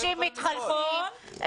אנשים מתחלפים,